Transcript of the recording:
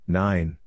nine